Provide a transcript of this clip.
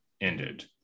ended